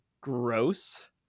Gross